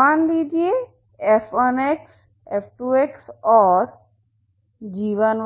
मान लीजिए f1 f2और g1